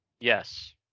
Yes